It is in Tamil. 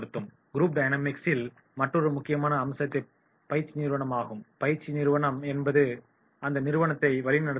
குரூப் டயனாமிக்ஸில் மற்றொரு முக்கியமான அம்சம் பயிற்சி நிறுவனமாகும் பயிற்சி நிறுவனம் என்பது அந்த நிறுவனத்தை வழிநடத்துபவர் யார்